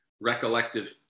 recollective